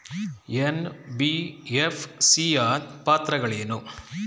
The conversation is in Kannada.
ಎನ್.ಬಿ.ಎಫ್.ಸಿ ಯ ಪಾತ್ರಗಳೇನು?